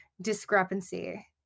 discrepancy